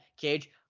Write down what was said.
Cage